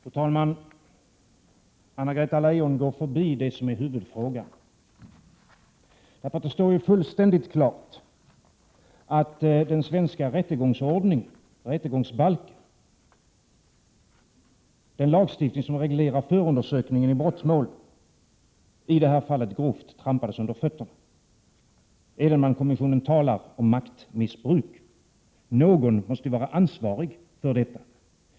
Fru talman! Anna-Greta Leijon går förbi det som är huvudfrågan. Det står fullständigt klart att den svenska rättegångsbalken — den lagstiftning som bl.a. reglerar förundersökningen i brottmål — i detta fall grovt trampades under fötterna. Edenmankommissionen talar om maktmissbruk. Någon måste ju vara ansvarig för detta.